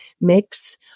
mix